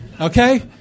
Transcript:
Okay